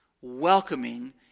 welcoming